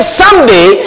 someday